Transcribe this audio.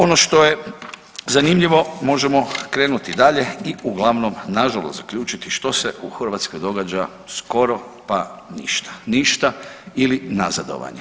Ono što je zanimljivo možemo krenuti dalje i uglavnom nažalost zaključiti što se u Hrvatskoj događa, skoro pa ništa, ništa ili nazadovanje.